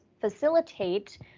facilitate